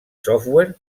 software